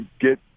get